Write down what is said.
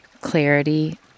clarity